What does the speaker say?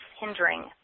hindering